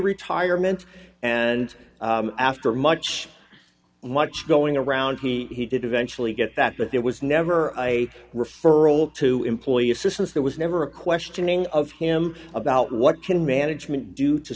retirement and after much much going around he did eventually get that but there was never a referral to employ assistance there was never a questioning of him about what can management do to